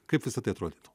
kaip visa tai atrodytų